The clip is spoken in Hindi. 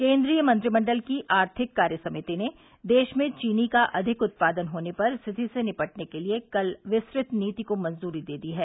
केन्द्रीय मंत्रिमंडल की आर्थिक कार्य समिति ने देश में चीनी का अधिक उत्पादन होने पर स्थिति से निपटने के लिए कल विस्तृत नीति को मंजूरी दे दी है